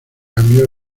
cambió